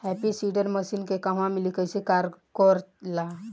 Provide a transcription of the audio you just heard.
Happy seeder machine के कहवा मिली कैसे कार कर ला?